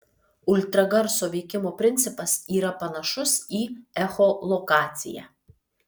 ultragarso veikimo principas yra panašus į echolokaciją